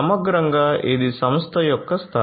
సమగ్రంగా ఇది సంస్థ యొక్క స్థాయి